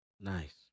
Nice